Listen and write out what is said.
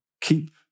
keep